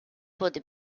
wurde